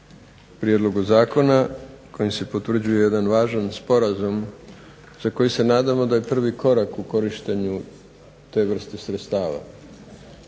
prijedlogu zakona, kojim se potvrđuje jedan važan sporazum za koji se nadamo da je prvi korak u korištenju te vrste sredstava,